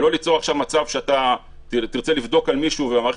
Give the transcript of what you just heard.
ולא ליצור מצב שאתה תרצה לבדוק על מישהו והמערכת